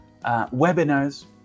webinars